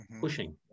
pushing